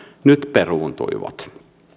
nyt peruuntuivat